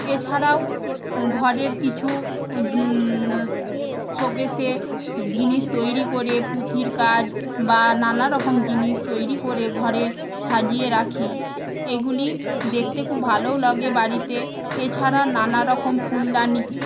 এছাড়াও ঘরের কিছু শোকেজে জিনিস তৈরি করে পুঁথির কাজ বা নানারকম জিনিস তৈরি করে ঘরে সাজিয়ে রাখি এগুলি দেখতে খুব ভালোও লাগে বাড়িতে এছাড়া নানারকম ফুলদানী